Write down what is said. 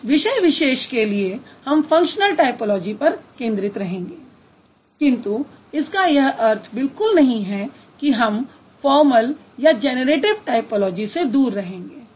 इस विषय विशेष के लिए हम फंक्शनल टायपोलॉजी पर केन्द्रित रहेंगे किन्तु इसका यह अर्थ बिलकुल नहीं है कि हम फॉर्मल या जैनैरेटिव टायपोलॉजी से दूर रहेंगे